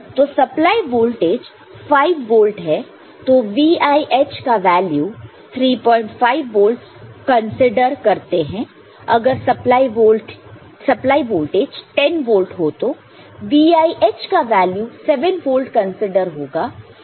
तो supply voltage 5 volt है तो VIH का वैल्यू 35 वोल्ट कंसीडर करते हैं अगर सप्लाई वोल्टेज 10 वोल्ट हो तो VIH का वैल्यू 7 वोल्ट कंसीडर होगा